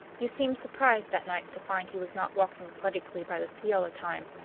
you seemed surprised that night to find he was not walking poetically by the sea all the time,